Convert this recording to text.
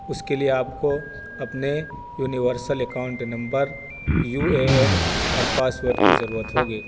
اس کے لیے آپ کو اپنے universal account number U A N اور پاسورڈ کی ضرورت ہوگی